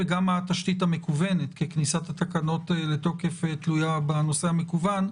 וגם התשתית המקוונת כי כניסת התקנות לתוקף תלויה בנושא המקוון.